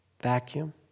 Vacuum